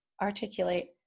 articulate